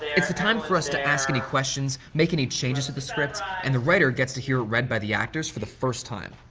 it's the time for us to ask any questions, make any changes to the script, and the writer gets to hear it read by the actors for the first time.